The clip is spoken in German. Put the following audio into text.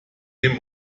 dem